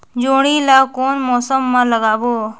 जोणी ला कोन मौसम मा लगाबो?